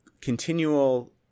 continual